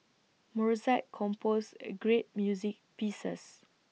Mozart composed A great music pieces